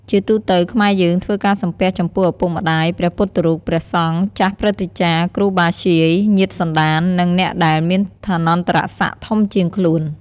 ជាទូទៅខ្មែរយើងធ្វើការសំពះចំពោះ ឪពុកម្តាយ ព្រះពុទ្ធរូប ព្រះសង្ឃ ចាស់ព្រឹទ្ធាចារ្យ គ្រូបាធ្យាយ ញាតិសន្តាន និង អ្នកដែលមានឋានន្តរសក្តិធំជាងខ្លួន។